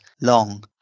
long